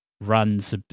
runs